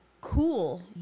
Cool